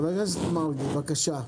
חבר הכנסת מרגי, בבקשה.